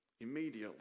Immediately